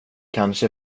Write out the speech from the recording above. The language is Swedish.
kanske